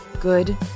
good